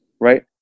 Right